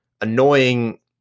annoying